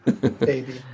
baby